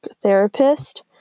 therapist